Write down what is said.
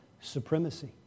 supremacy